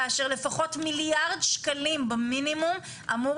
כאשר לפחות מיליארד שקלים במינימום אמור